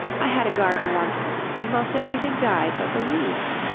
i had a garden once and most everything died but the weeds.